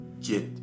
get